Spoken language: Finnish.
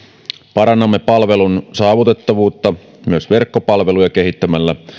parannamme palvelun saavutettavuutta myös verkkopalveluja kehittämällä